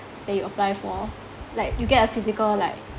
that you apply for like you get a physical like